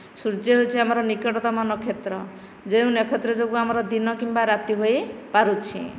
ସୂର୍ଯ୍ୟ ହେଉଛି ଆମର ନିକଟତମ ନକ୍ଷତ୍ର ଯେଉଁ ନକ୍ଷତ୍ର ଯୋଗୁ ଆମର ଦିନ କିମ୍ବା ରାତି ହୋଇପାରୁଛି